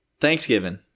Thanksgiving